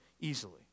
easily